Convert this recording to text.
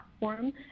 platform